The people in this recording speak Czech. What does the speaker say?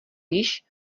již